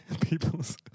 people's